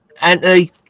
Anthony